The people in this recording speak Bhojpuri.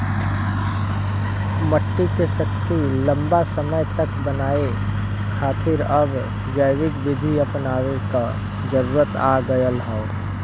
मट्टी के शक्ति लंबा समय तक बनाये खातिर अब जैविक विधि अपनावे क जरुरत आ गयल हौ